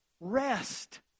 rest